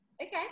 Okay